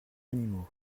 animaux